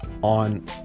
on